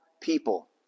people